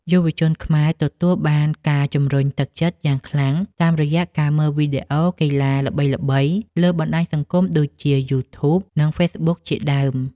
យុវជនខ្មែរទទួលបានការជំរុញទឹកចិត្តយ៉ាងខ្លាំងតាមរយៈការមើលវីដេអូកីឡាករល្បីៗលើបណ្ដាញសង្គមដូចជា យូធូប និងហ្វេសប៊ុក ជាដើម។